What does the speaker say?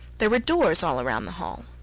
there were doors all round the hall,